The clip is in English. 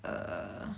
err